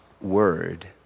word